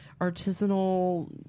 artisanal